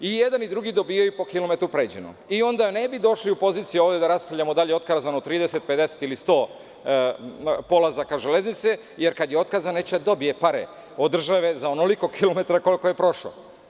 I jedan drugi dobijaju po kilometru pređenom i onda ne bi došli u poziciju ovu da raspravljamo da li je otkazano 30, 50 ili 100 polazaka železnice, jer kada je otkazano, on neće da dobije od države za onoliko kilometara koliko je prošlo.